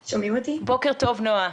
בוקר טוב, נועה.